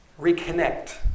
reconnect